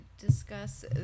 discuss